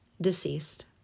deceased